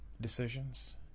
decisions